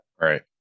Right